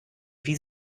wie